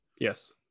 Yes